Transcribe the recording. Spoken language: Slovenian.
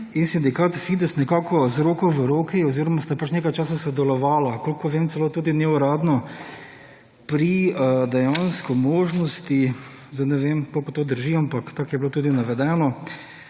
sindikat Fides nekako z roko v roki oziroma sta pač nekaj časa sodelovala, kolikor vem, celo tudi neuradno pri dejansko možnosti, zdaj ne vem, koliko to drži, ampak tako je bilo tudi navedeno,